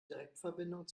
direktverbindung